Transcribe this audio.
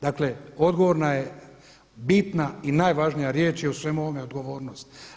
Dakle odgovorna je bitna i najvažnija riječ je u svem ovome odgovornost.